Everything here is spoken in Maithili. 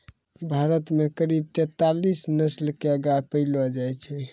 भारत मॅ करीब तेतालीस नस्ल के गाय पैलो जाय छै